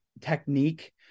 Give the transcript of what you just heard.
technique